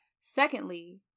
Secondly